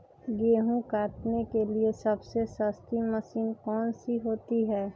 गेंहू काटने के लिए सबसे सस्ती मशीन कौन सी होती है?